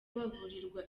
baburirwa